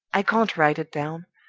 i can't write it down!